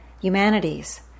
humanities